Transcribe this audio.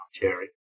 Jerry